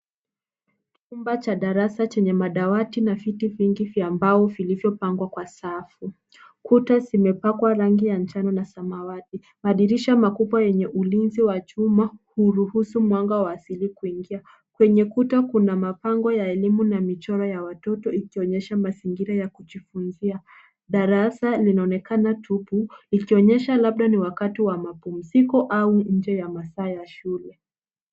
Chumba cha darasa chenye madawati na viti vingi vya mbao vilivyopangwa kwa safu. Kuta zimepakwa rangi ya njano na samawati. Madirisha makubwa yenye ulinzi wa chuma hurusu mwanga wa asili kuingia. Kwenye kuta kuna mabango ya elimu na michoro ya watoto ikionyesha mazingira ya kujifunzia. Darasa linaonekana tupu likionyesha labda ni wakati wa mapumziko au nje ya masaa ya shule.